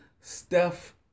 Steph